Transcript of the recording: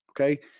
okay